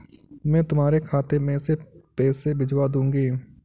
मैं तुम्हारे खाते में पैसे भिजवा दूँगी